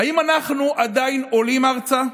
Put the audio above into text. האם אנחנו עדיין עולים ארצה?